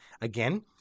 Again